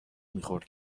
میخورد